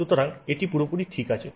সুতরাং এটি পুরোপুরি ঠিক আছে